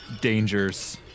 dangers